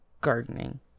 gardening